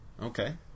Okay